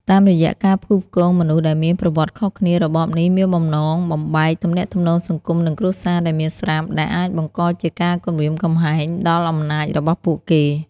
តាមរយៈការផ្គូផ្គងមនុស្សដែលមានប្រវត្តិខុសគ្នា របបនេះមានបំណងបំបែកទំនាក់ទំនងសង្គមនិងគ្រួសារដែលមានស្រាប់ដែលអាចបង្កជាការគំរាមកំហែងដល់អំណាចរបស់ពួកគេ។